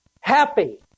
happy